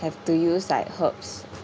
have to use like herbs